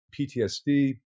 PTSD